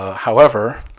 however,